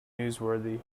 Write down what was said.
newsworthy